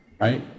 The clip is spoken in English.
right